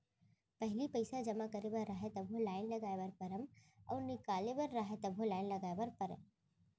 पहिली पइसा जमा करे बर रहय तभो लाइन लगाय बर परम अउ निकाले बर रहय तभो लाइन लगाय बर परय